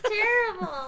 terrible